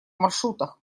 маршрутах